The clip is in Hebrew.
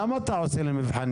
למה אתה עושה לי מבחנים?